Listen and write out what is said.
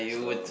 so